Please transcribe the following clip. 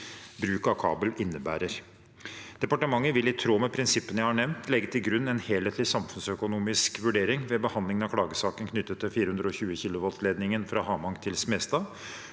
bruk av kabel innebærer. Departementet vil, i tråd med prinsippene jeg har nevnt, legge til grunn en helhetlig samfunnsøkonomisk vurdering ved behandlingen av klagesaken knyttet til 420 kV-ledningen fra Ha mang til Smestad.